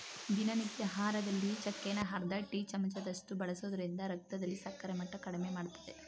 ದಿನನಿತ್ಯ ಆಹಾರದಲ್ಲಿ ಚಕ್ಕೆನ ಅರ್ಧ ಟೀ ಚಮಚದಷ್ಟು ಬಳಸೋದ್ರಿಂದ ರಕ್ತದಲ್ಲಿ ಸಕ್ಕರೆ ಮಟ್ಟ ಕಡಿಮೆಮಾಡ್ತದೆ